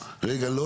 רגע לא,